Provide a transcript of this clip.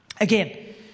Again